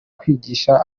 kwigisha